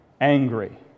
angry